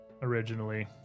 Originally